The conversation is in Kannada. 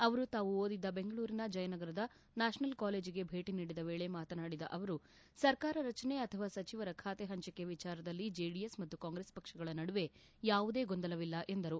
ಅವರು ತಾವು ಓದಿದ ಬೆಂಗಳೂರಿನ ಜಯನಗರದ ನ್ವಾಪನಲ್ ಕಾಲೇಜಿಗೆ ಭೇಟಿ ನೀಡಿದ ವೇಳೆ ಮಾತನಾಡಿದ ಅವರು ಸರ್ಕಾರ ರಚನೆ ಅಥವಾ ಸಚಿವರ ಖಾತೆ ಹಂಚಿಕೆ ವಿಚಾರದಲ್ಲಿ ಜೆಡಿಎಸ್ ಮತ್ತು ಕಾಂಗ್ರೆಸ್ ಪಕ್ಷಗಳ ನಡುವೆ ಯಾವುದೇ ಗೊಂದಲವಿಲ್ಲ ಎಂದರು